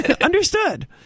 Understood